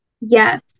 yes